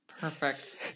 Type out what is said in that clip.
Perfect